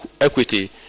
equity